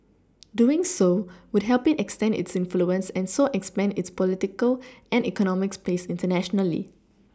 doing so would help it extend its influence and so expand its political and economic space internationally